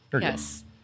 Yes